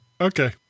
Okay